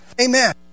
Amen